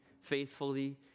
faithfully